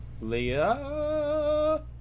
Leah